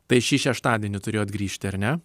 tai šį šeštadienį turėjot grįžti ar ne